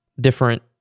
different